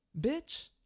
Bitch